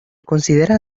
considera